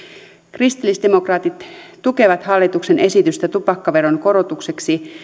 kristillisdemokraatit tukee hallituksen esitystä tupakkaveron korotukseksi